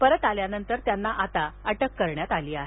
परत आल्यानंतर त्यांना अटक करण्यात आली आहे